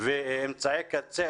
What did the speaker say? ואמצעי קצה,